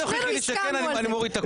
אם תוכיחי לי שכן אני מוריד את הכובע.